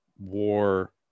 war